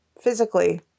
physically